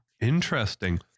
interesting